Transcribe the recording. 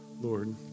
Lord